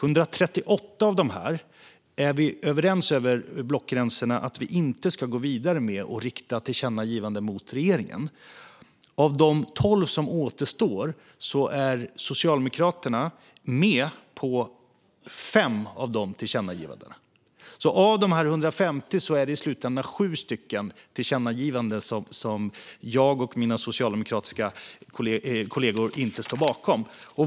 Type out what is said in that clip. Vi är överens över blockgränserna om att vi inte ska gå vidare med tillkännagivanden till regeringen när det gäller 138 av dem. Av de tolv tillkännagivanden som återstår är Socialdemokraterna med på fem. Av de 150 är det alltså i slutändan sju tillkännagivanden som jag och mina socialdemokratiska kollegor inte står bakom.